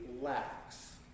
lacks